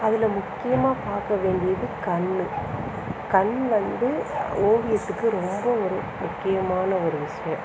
அதில் முக்கியமாக பார்க்க வேண்டியது கண் கண் வந்து ஓவியத்துக்கு ரொம்ப ஒரு முக்கியமான ஒரு விஷ்யம்